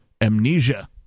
amnesia